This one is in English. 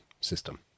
system